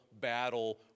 battle